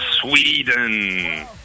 Sweden